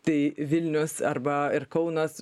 tai vilnius arba ir kaunas